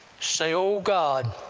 say, oh, god,